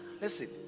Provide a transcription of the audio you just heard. Listen